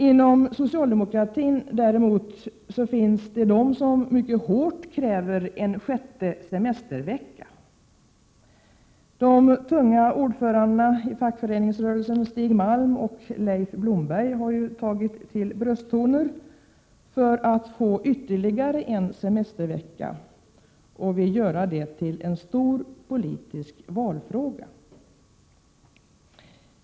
Inom socialdemokratin däremot finns de som mycket hårt kräver en sjätte semestervecka. De tunga ordförandena i fackföreningsrörelsen Stig Malm och Leif Blomberg har tagit till brösttoner för att få ytterligare en semestervecka och vill göra detta till en stor politisk valfråga.